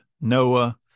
Noah